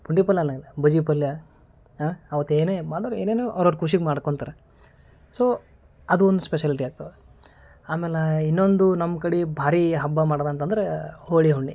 ಪುಂಡಿಪಲ್ಯ ಅಲ್ಲ ಬಜಿಪಲ್ಯ ಅವತ್ತು ಏನೇ ಅಂದ್ರೆ ಏನೇನೋ ಅವ್ರವ್ರ ಖುಷಿಗೆ ಮಾಡ್ಕೊಂತಾರ ಸೊ ಅದು ಒಂದು ಸ್ಪೆಶಲಿಟಿ ಆಗ್ತದ ಆಮ್ಯಾಲ ಇನ್ನೊಂದು ನಮ್ಮ ಕಡೆ ಭಾರಿ ಹಬ್ಬ ಮಾಡದಂತಂದ್ರೆ ಹೋಳಿ ಹುಣ್ಣಿ